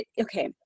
okay